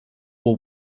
will